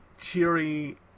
cheery